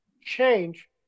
Change